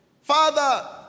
Father